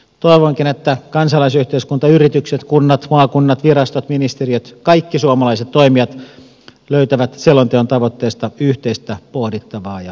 toivonkin että kansalaisyhteiskunta yritykset kunnat maakunnat virastot ministeriöt kaikki suomalaiset toimijat löytävät selonteon tavoitteista yhteistä pohdittavaa ja tekemistä